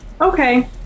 Okay